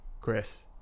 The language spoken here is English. Chris